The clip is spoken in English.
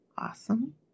awesome